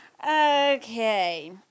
Okay